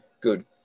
good